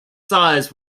size